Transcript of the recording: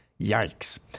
Yikes